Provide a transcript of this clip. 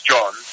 John